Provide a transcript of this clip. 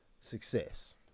success